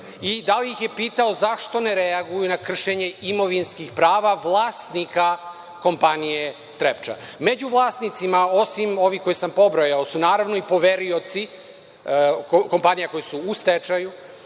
i da li ih je pitao zašto ne reaguju na kršenje imovinskih prava vlasnika kompanije „Trepča“? Među vlasnicima, osim ovih koje sam pobrojao, su naravno i poverioci kompanija koje su u stečaju,